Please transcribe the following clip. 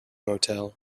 motel